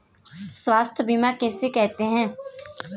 स्वास्थ्य बीमा कैसे होता है?